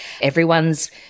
everyone's